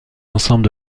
ensemble